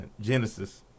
Genesis